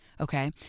Okay